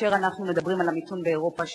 ומצד שני לקדם מדיניות הפוכה,